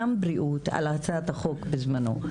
גם בריאות על הצעת החוק בזמנו.